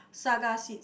Saga seeds